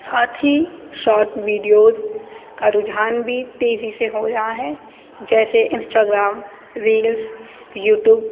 ساتھ ہی short videos کا رجحان بھی تیزی سے ہو رہا ہے جیسے انسٹاگرام ریلس یوٹیوب